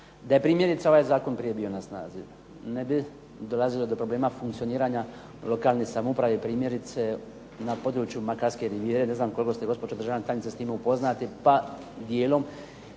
Da je primjerice ovaj zakon prije bio na snazi ne bi dolazilo do problema funkcioniranja u lokalnoj samoupravi, primjerice na području Makarske rivijere, ne znam koliko ste gospođo državna tajnice s time upoznati, pa dijelom